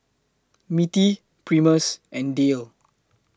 Mittie Primus and Dayle